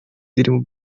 dream